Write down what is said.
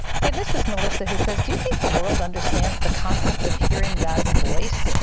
okay. this is melissa whos says, do you think the world understands the concept of hearing god's voice.